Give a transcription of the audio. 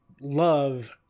love